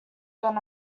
going